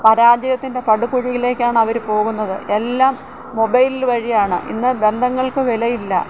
പരാജയത്തിൻ്റെ പടുകുഴിയിലേക്കാണ് അവർ പോകുന്നത് എല്ലാം മൊബൈൽ വഴിയാണ് ഇന്ന് ബന്ധങ്ങൾക്ക് വിലയില്ല